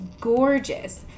gorgeous